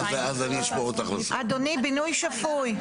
אדוני בינוי שפוי.